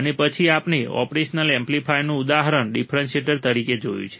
અને પછી આપણે ઓપરેશનલ એમ્પ્લીફાયરનું ઉદાહરણ ડિફરન્શિએટર તરીકે જોયું છે